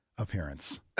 appearance